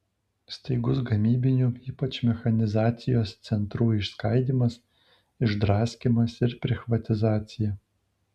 staigus gamybinių ypač mechanizacijos centrų išskaidymas išdraskymas ir prichvatizacija